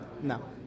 No